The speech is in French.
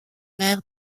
maire